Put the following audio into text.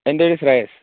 എൻ്റെ പേര് ശ്രേയസ്